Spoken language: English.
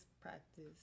practice